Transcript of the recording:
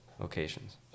locations